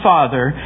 Father